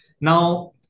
now